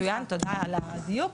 מצוין, תודה על הדיוק.